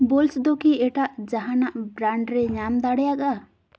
ᱵᱩᱞᱥᱫᱚ ᱠᱤ ᱮᱴᱟᱜ ᱡᱟᱦᱟᱱᱟᱜ ᱵᱨᱟᱱᱰᱨᱮ ᱧᱟᱢ ᱫᱟᱲᱮᱭᱟᱜᱼᱟ